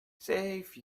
save